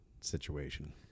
situation